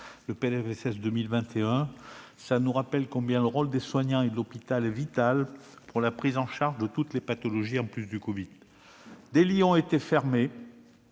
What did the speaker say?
La situation nous rappelle combien le rôle des soignants et de l'hôpital est vital pour la prise en charge de toutes les pathologies, au-delà du covid. Des lits ont été fermés